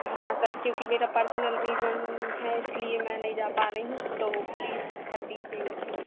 हाँ सर क्योंकि मेरा पर्सनल रीजन है इसलिए मैं नहीं जा पा रही हूँ तो प्लीस कर दीजिएगा प्लीज